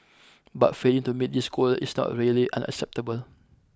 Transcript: but failing to meet this goal is not really unacceptable